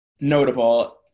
notable